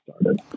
started